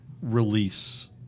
release